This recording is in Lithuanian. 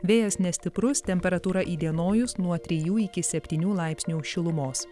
vėjas nestiprus temperatūra įdienojus nuo trijų iki septynių laipsnių šilumos